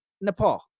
Nepal